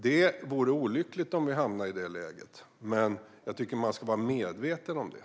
Det vore olyckligt om vi hamnar i det läget, men jag tycker att man ska vara medveten om det.